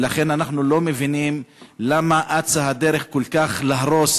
ולכן אנחנו לא מבינים למה אצה הדרך כל כך להרוס